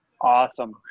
awesome